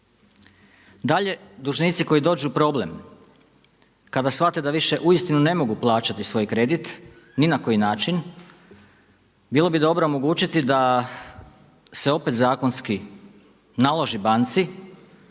Dalje, dužnici koji dođu u problem, kada shvate da više uistinu ne mogu plaćati svoj kredit ni na koji način bilo bi dobro omogućiti da se opet zakonski naloži banci